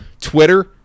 Twitter